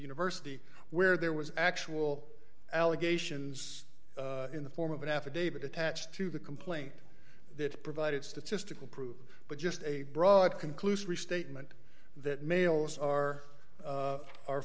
university where there was actual allegations in the form of an affidavit attached to the complaint that provided statistical proof but just a broad conclusory statement that males are